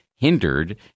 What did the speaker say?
Hindered